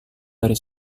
dari